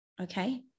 okay